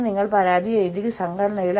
നിങ്ങൾക്ക് പാർട്ടികളില്ല